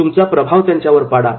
तुमचा प्रभाव त्यांच्यावर पाडा